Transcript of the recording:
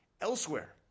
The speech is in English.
Elsewhere